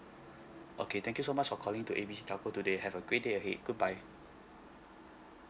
okay thank you so much for calling to A B C telco today have a great day ahead goodbye